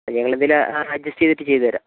ഞങ്ങളെന്തെങ്കിലും adjust ചെയ്തിട്ട് ചെയ്ത് തരാം